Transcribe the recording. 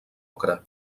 ocre